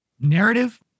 Narrative